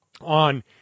on